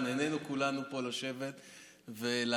נהנינו כולנו פה לשבת ולהקשיב.